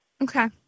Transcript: Okay